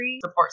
support